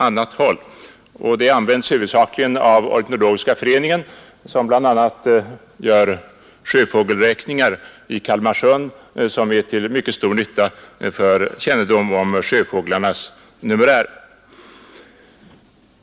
Anslaget till Naturskyddsföreningen har huvudsakligen utnyttjats av Ornitologiska föreningen, som bl.a. gör sjöfågelsräkningar i Kalmarsund som är till mycket stor nytta för kännedomen om sjöfåglarnas numerär.